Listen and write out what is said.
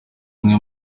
imwe